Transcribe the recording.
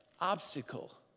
obstacle